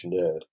nerd